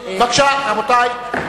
בבקשה, רבותי.